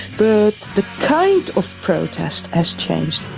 the the kind of protest has changed.